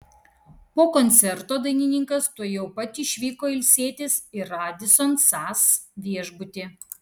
po koncerto dainininkas tuojau pat išvyko ilsėtis į radisson sas viešbutį